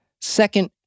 Second